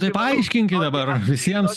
tai paaiškinkit dabar visiems